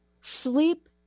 sleep